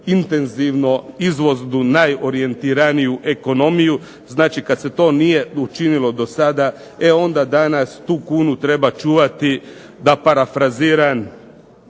intenzivno izvoznu najorijentiraniju ekonomiju. Znači kada se to nije učinilo do danas onda tu kunu treba čuvati da parafraziram